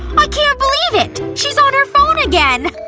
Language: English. i can't believe it! she's on her phone again!